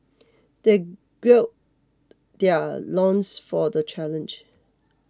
they gird their loins for the challenge